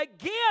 again